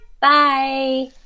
bye